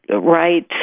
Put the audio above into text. right